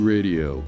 Radio